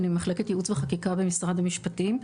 אני ממחלקת יעוץ וחקיקה במשרד המשפטים.